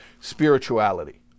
spirituality